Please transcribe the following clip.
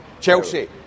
Chelsea